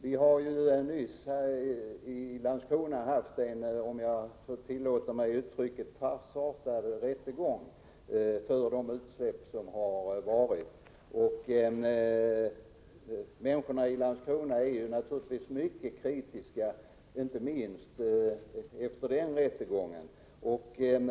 Vi har nyligen i Landskrona haft en, om jag får tillåta mig uttrycket, farsartad rättegång beträffande de utsläpp som förekommit. Invånarna i Landskrona är mycket kritiska, inte minst efter den rättegången.